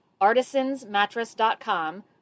artisansmattress.com